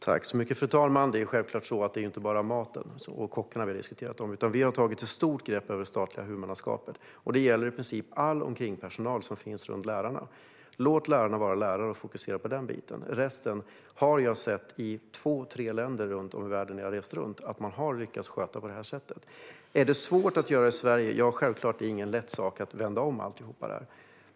Fru talman! Vi diskuterar självklart inte bara maten och kockarna. Sverigedemokraterna har tagit ett stort grepp över det statliga huvudmannaskapet, och det gäller i princip all omkringpersonal runt lärarna. Låt lärarna vara lärare och fokusera på den biten. I två tre länder jag har besökt när jag har rest runt i världen har jag sett att man har lyckats sköta dessa frågor på detta sätt. Är det svårt att göra detta i Sverige? Självklart är det inte lätt att vända på allt.